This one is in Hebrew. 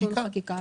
בתיקון חקיקה.